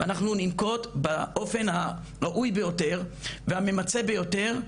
אנחנו ננקוט באופן הראוי ביותר והממצא ביותר,